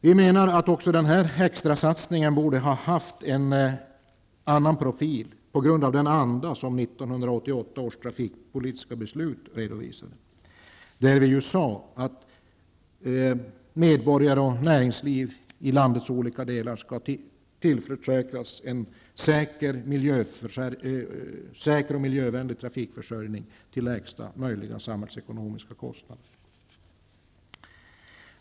Vi menar att också denna extrasatsning borde ha haft en annan profil på grund av den anda som 1988 års trafikpolitiska beslut redovisade. Vi sade ju där att medborgare och näringsliv i landets olika delar skall tillförsäkras en säker och miljövänlig trafikförsörjning till lägsta möjliga samhällsekonomiska kostnad.